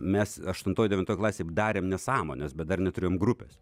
mes aštuntoj devintoj klasėj darėm nesąmones bet dar neturėjom grupės